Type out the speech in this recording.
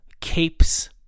capes